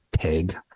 pig